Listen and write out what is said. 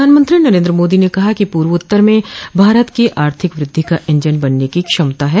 प्रधानमंत्री नरेन्द्र मोदी ने कहा है कि पूवोत्तर में भारत की आर्थिक वृद्धि का इंजन बनने की क्षमता है